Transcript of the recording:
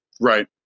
right